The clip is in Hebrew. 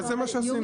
אז זה מה שעשינו.